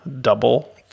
double